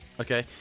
Okay